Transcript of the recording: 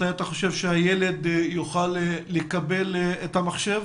מתי אתה חושב שהילד יוכל לקבל את המחשב?